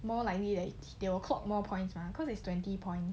more likely that they were caught more points mah cause it's twenty point